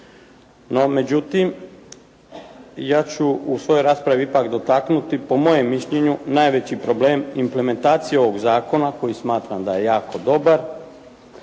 No međutim, ja ću u svojoj raspravi dotaknuti po mojem mišljenju najveći problem implementacije ovog zakona koji smatram da je jako dobar,